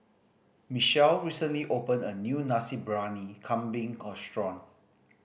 Michelle recently opened a new Nasi Briyani Kambing